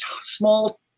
small